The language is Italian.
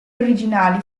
originali